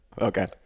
Okay